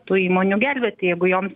tų įmonių gelbėti jeigu joms